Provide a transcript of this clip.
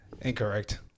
Incorrect